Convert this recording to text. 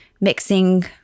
mixing